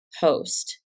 host